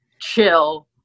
chill